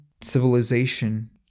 civilization